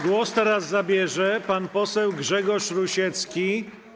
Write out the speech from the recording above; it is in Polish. Głos teraz zabierze pan poseł Grzegorz Rusiecki.